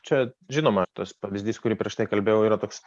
čia žinoma tas pavyzdys kurį prieš tai kalbėjau yra toks